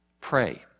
pray